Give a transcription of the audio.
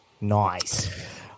nice